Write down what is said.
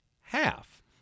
half